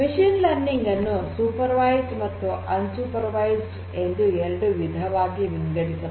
machine learning ಅನ್ನು supervised ಮತ್ತು unsupervised ಎರಡು ವಿಧವಾಗಿ ವಿಂಗಡಿಸಬಹುದು